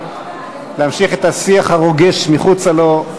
להמשיך את השיח הרוגש מחוצה לו.